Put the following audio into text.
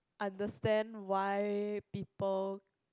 understand why people